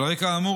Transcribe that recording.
על רקע האמור,